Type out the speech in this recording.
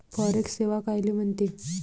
Forex सेवा कायले म्हनते?